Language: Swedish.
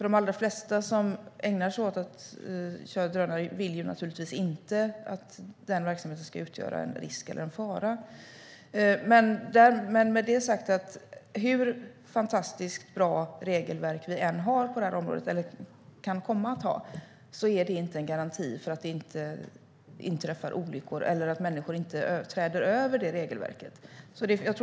De flesta som kör med drönare vill naturligtvis inte att deras verksamhet ska utgöra en risk eller en fara. Hur fantastiskt regelverk vi än har på det här området är det inte någon garanti för att det inte inträffar olyckor eller överträdelser.